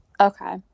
Okay